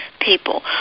people